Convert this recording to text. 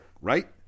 right